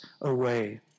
away